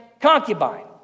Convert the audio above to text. concubine